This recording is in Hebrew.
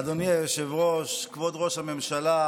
אדוני היושב-ראש, כבוד ראש הממשלה,